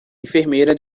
enfermeira